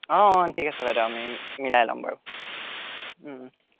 অঁ অঁ ঠিক আছে বাইদেউ আমি মিলাই ল'ম বাৰু